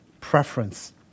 preference